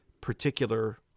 particular